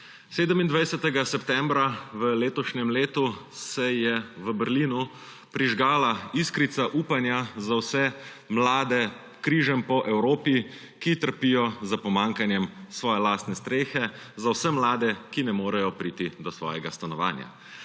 27. septembra v letošnjem letu se je v Berlinu prižgala iskrica upanja za vse mlade križem po Evropi, ki trpijo za pomanjkanjem svoje lastne strehe, za vse mlade, ki ne morejo priti do svojega stanovanja.